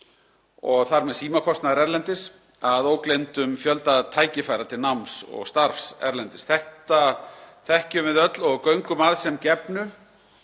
og þar með símakostnaðar erlendis að ógleymdum fjölda tækifæra til náms og starfs erlendis. Þetta þekkjum við öll og göngum að sem gefnu,